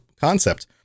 concept